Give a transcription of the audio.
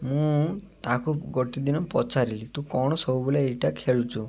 ମୁଁ ତାକୁ ଗୋଟିଏ ଦିନ ପଚାରିଲି ତୁ କ'ଣ ସବୁବେଳେ ଏଇଟା ଖେଳୁଛୁ